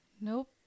Nope